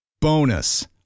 Bonus